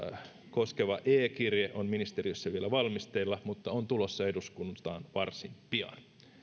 koskeva e kirje on ministeriössä vielä valmisteilla mutta on tulossa eduskuntaan varsin pian